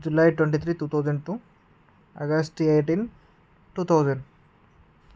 July twenty three two thousand two August eighteen two thousand